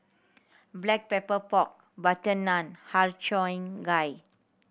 Black Pepper Pork butter naan Har Cheong Gai